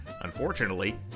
Unfortunately